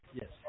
Yes